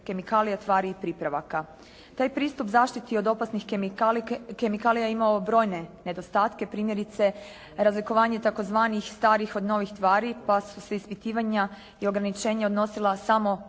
kemikalija, tvari i pripravaka. Taj pristup zaštiti od opasnih kemikalija imao je brojne nedostatke, primjerice razlikovanje tzv. starih od novih tvari pa su se ispitivanja i ograničenja odnosila samo